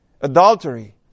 adultery